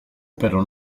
pero